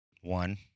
One